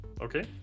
Okay